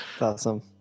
Awesome